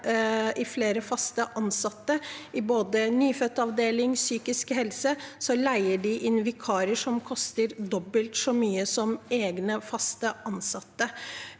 antallet fast ansatte både i nyfødtavdelingen og innen psykisk helse, leier de inn vikarer som koster dobbelt så mye som egne fast ansatte.